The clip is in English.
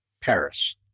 paris